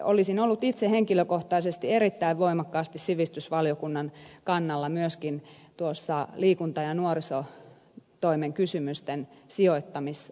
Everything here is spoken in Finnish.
olisin ollut itse henkilökohtaisesti erittäin voimakkaasti sivistysvaliokunnan kannalla myöskin tuossa liikunta ja nuorisotoimen kysymysten sijoittamisasiassa